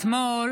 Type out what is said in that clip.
אתמול